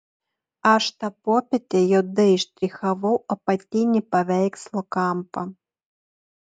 aš tą popietę juodai štrichavau apatinį paveikslo kampą